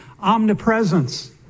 omnipresence